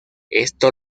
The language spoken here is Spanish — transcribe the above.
esto